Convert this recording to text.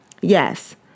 Yes